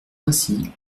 ainsi